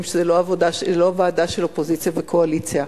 שזו לא ועדה של אופוזיציה וקואליציה,